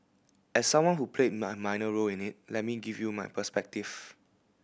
as someone who played minor role in it let me give you my perspective